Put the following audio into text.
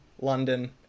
London